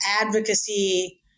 advocacy